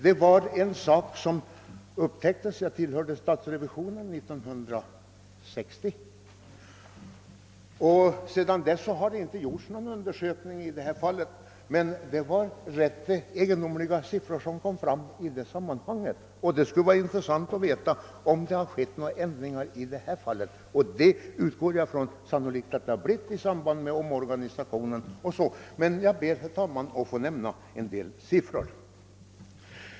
Det gäller ett förhållande som upptäcktes år 1960, då jag tillhörde statsrevisorerna; sedan denna tidpunkt har såvitt jag vet ingen undersökning i frågan gjorts. Man kom därvid fram till ganska egendomliga siffror, och det skulle vara intressant att veta om någon ändring skett i detta avsende. Jag utgår från att så sannolikt blivit fallet bl.a. i samband med den nämnda omorganisaionen, men jag ber, herr talman, att få nämna en del siffror.